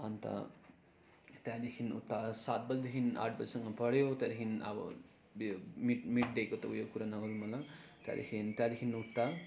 अन्त त्यहाँदेखि उता सात बजीदेखि आठ बजीसम्म पढ्यो त्यहाँदेखि अब मिड मिड्डेको त उयो कुरा नगरौँ होला त्यहाँदेखि त्यहाँदेखि उता